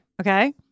Okay